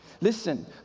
Listen